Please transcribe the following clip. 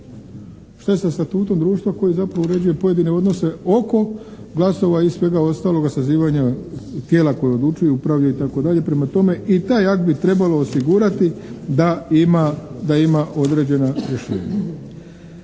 Šta je sa statutom društva, koji zapravo uređuje pojedine odnose oko glasova i svega ostaloga sazivanja tijela koja odlučuju, upravljaju itd. Prema tome, i taj akt bi trebalo osigurati da ima određena rješenja.